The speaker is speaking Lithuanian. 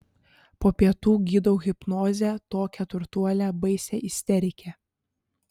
po pietų gydau hipnoze tokią turtuolę baisią isterikę